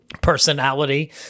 personality